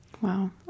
Wow